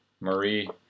Marie